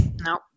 No